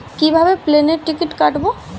কিভাবে প্লেনের টিকিট কাটব?